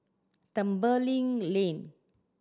Tembeling Lane